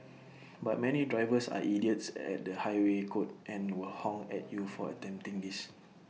but many drivers are idiots at the highway code and will honk at you for attempting this